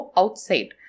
outside